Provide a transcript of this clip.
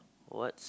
what's